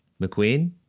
McQueen